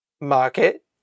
market